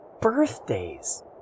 birthdays